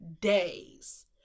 days